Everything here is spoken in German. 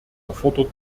erfordert